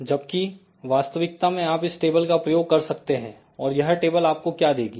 जबकि वास्तविकता में आप इस टेबल का प्रयोग कर सकते हैं और यह टेबल आपको क्या देगी